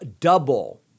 double